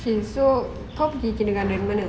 okay so kau pergi kindergarten mana